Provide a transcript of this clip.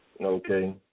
Okay